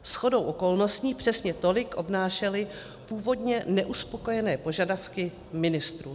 Shodou okolností přesně tolik obnášely původně neuspokojené požadavky ministrů.